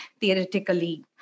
theoretically